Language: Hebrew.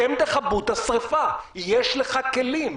תכבו את השריפה, יש לכם כלים.